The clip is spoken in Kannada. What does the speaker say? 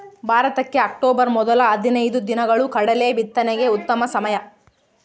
ಭಾರತಕ್ಕೆ ಅಕ್ಟೋಬರ್ ಮೊದಲ ಹದಿನೈದು ದಿನಗಳು ಕಡಲೆ ಬಿತ್ತನೆಗೆ ಉತ್ತಮ ಸಮಯ